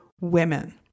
women